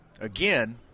Again